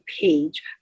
page